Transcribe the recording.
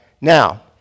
Now